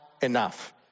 enough